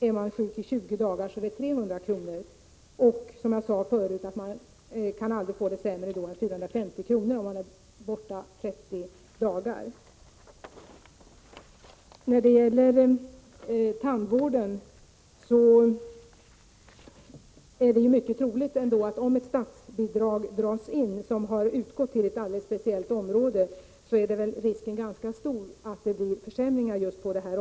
Om man är sjuk i 20 dagar, blir minskningen således 300 kr. Som jag sade förut blir försämringen aldrig större än 450 kr. per år om man är sjuk 30 dagar. Sedan något om tandvården. Om ett statsbidrag som har utgått till ett alldeles speciellt område dras in, är det ändå mycket troligt att risken är ganska stor att just det området drabbas av försämringar. Även om barn-och = Prot.